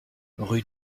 rue